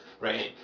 Right